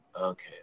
okay